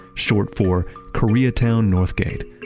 short for koreatown northgate,